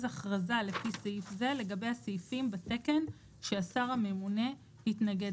אכרזה לפי סעיף זה לגבי הסעיפים בתקן שהשר הממונה התנגד